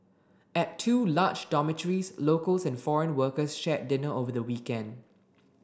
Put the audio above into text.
at two large dormitories locals and foreign workers shared dinner over the weekend